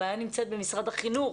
הבעיה נמצאת במשרד החינוך.